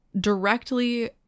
directly